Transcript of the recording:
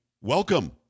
welcome